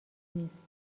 نیست